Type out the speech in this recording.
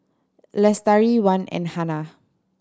Lestari Wan and Hana